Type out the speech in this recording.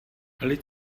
lid